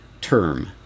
term